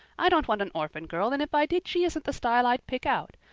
i don't want an orphan girl and if i did she isn't the style i'd pick out.